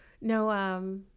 No